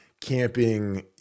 camping